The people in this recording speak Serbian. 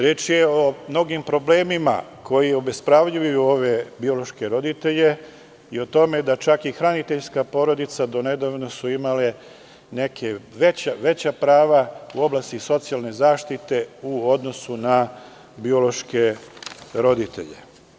Reč je o mnogim problemima koji obespravljuju ove biološke roditelje i o tome da čaki hraniteljske porodice su donedavno imale neka veća prava u oblasti socijalne zaštite u odnosu na biološke roditelje.